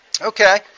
Okay